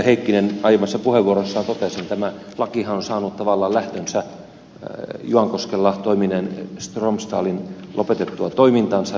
heikkinen aiemmassa puheenvuorossaan totesi tämä lakihan on saanut tavallaan lähtönsä juankoskella toimineen stromsdalin lopetettua toimintansa